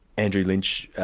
andrew lynch,